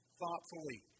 thoughtfully